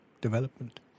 development